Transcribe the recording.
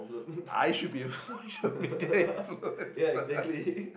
I should be the one who should be a media influencer